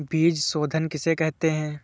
बीज शोधन किसे कहते हैं?